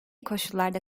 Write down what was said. koşullarda